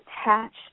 attached